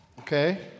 Okay